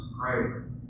prayer